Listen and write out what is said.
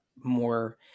more